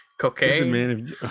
cocaine